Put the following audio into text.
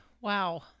Wow